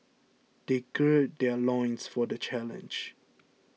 they gird their loins for the challenge